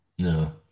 No